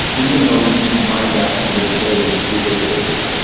even though you can find out somebody's age if you go searching,